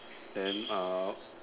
and uh